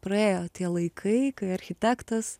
praėjo tie laikai kai architektas